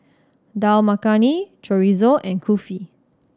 Dal Makhani Chorizo and Kulfi